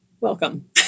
Welcome